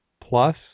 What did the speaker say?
plus